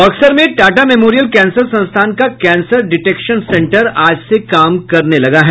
बक्सर में Tata memorial cancer संस्थान का कैंसर डिटेक्शन सेंटर आज से काम करने लगा है